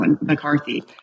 McCarthy